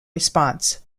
response